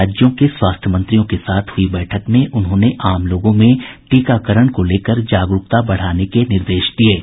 राज्यों के स्वास्थ्य मंत्रियों के साथ हुई बैठक में उन्होंने आम लोगों में टीकाकरण को लेकर जागरूकता बढ़ाने के निर्देश दिये हैं